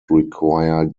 require